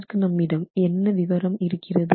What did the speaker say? அதற்கு நம்மிடம் என்ன விவரம் இருக்கிறது